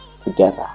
together